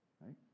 right